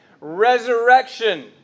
Resurrection